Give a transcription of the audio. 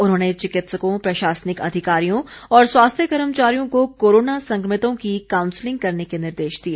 उन्होंने चिकित्सकों प्रशासनिक अधिकारियों और स्वास्थ्य कर्मचारियों को कोरोना संक्रमितों की कांउसलिंग करने के निर्देश दिए